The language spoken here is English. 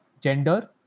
gender